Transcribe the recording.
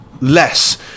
less